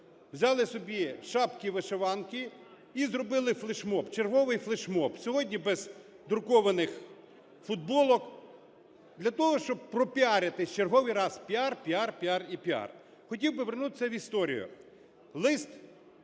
взяли собі шапки-вишиванки і зробили флешмоб, черговий флешмоб, сьогодні без друкованих футболок, для того щоб пропіаритись в черговий раз. Піар, піар, піар і піар. Хотів би вернутися в історію.